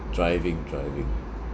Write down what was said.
driving driving